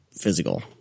physical